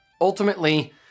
ultimately